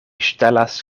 ŝtelas